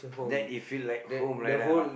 that it feel like home like that lah